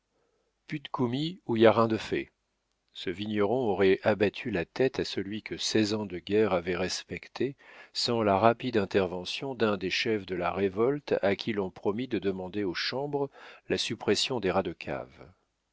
d'commis ou y a rin de fait ce vigneron aurait abattu la tête à celui que seize ans de guerre avaient respecté sans la rapide intervention d'un des chefs de la révolte à qui l'on promit de demander aux chambres la suppression des rats de cave